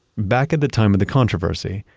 back at the time of the controversy,